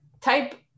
Type